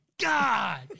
God